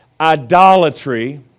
idolatry